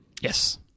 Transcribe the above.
Yes